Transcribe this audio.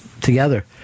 together